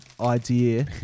idea